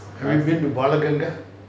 have you been to balaganga